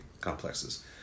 complexes